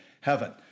Heaven